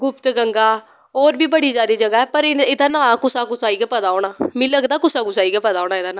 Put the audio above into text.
गुप्त गंगा होर बी बड़ी जादा जगां ऐ पर एह्दा नांऽ कुसा कुसा गी गै पता होना ऐ मिगी लगदा कुसा कुसा गी गै पता होना एह्दा नांऽ